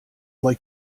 like